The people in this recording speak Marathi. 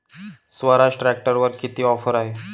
स्वराज ट्रॅक्टरवर किती ऑफर आहे?